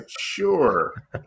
Sure